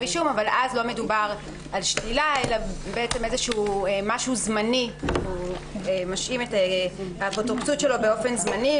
אישום לא מדובר על שלילה אלא על השעיית האפוטרופסות באופן זמני,